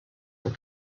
were